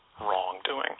wrongdoing